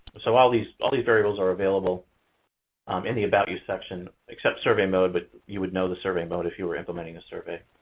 so, all these all these variables are available um in the about you section, except survey mode, but you would know the survey mode if you were implementing a survey.